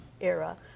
era